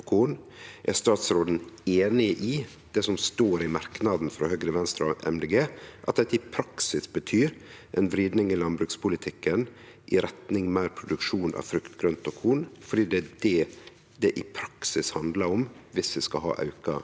– er statsråden einig i det som står i merknaden frå Høgre, Venstre og MDG, at dette i praksis betyr ei vriding i landbrukspolitikken i retning meir produksjon av frukt, grønt og korn, fordi det er det det i praksis handlar om dersom vi skal auke norsk